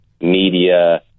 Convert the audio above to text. media